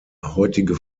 heutige